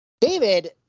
David